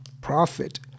profit